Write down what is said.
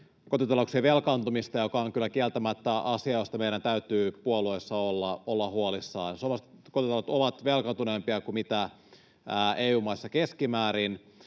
kotitalouksien velkaantumista, joka on kyllä kieltämättä asia, josta meidän täytyy puolueissa olla huolissaan. Suomalaiset kotitaloudet ovat velkaantuneempia kuin mitä EU-maissa keskimäärin,